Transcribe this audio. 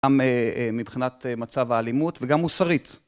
גם מבחינת מצב האלימות, וגם מוסרית.